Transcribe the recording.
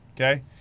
Okay